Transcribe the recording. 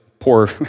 poor